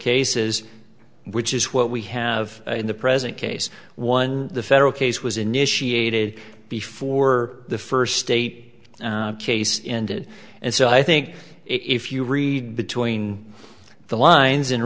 cases which is what we have in the present case one the federal case was initiated before the first state case ended and so i think if you read between the lines